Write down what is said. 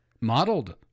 modeled